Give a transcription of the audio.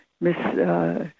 Miss